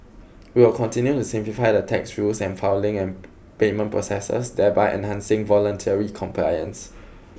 we will continue to simplify the tax rules and filing and payment processes thereby enhancing voluntary compliance